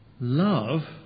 Love